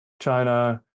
China